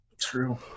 True